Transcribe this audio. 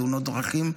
לתאונות דרכים,